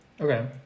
Okay